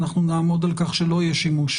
אנחנו נעמוד על כך שלא יהיה שימוש